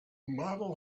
model